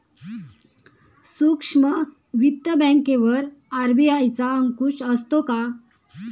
सूक्ष्म वित्त बँकेवर आर.बी.आय चा अंकुश असतो का?